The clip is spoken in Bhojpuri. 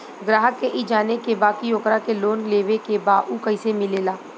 ग्राहक के ई जाने के बा की ओकरा के लोन लेवे के बा ऊ कैसे मिलेला?